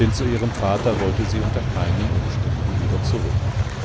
denn zu ihrem vater wollte sie unter keinen umständen wieder zurück